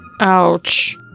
Ouch